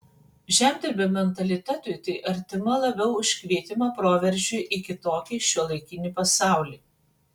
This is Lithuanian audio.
žemdirbio mentalitetui tai artima labiau už kvietimą proveržiui į kitokį šiuolaikinį pasaulį